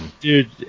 Dude